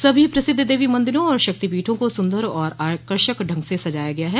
सभी प्रसिद्ध देवी मन्दिरों और शक्तिपीठों को सुन्दर और आकर्षक ढंग से सजाया गया है